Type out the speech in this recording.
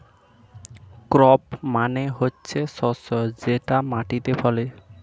crop মানে হচ্ছে শস্য যেটা মাটিতে ফলে